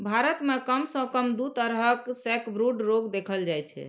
भारत मे कम सं कम दू तरहक सैकब्रूड रोग देखल जाइ छै